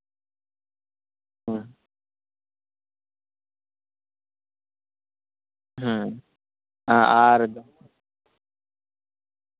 ᱦᱩᱸ ᱦᱩᱸ ᱟᱨᱻ